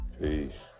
peace